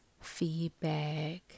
feedback